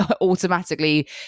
automatically